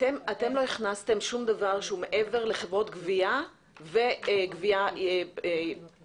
אתם לא הכנסתם שום דבר שהוא מעבר לחברות גבייה וגבייה אישית.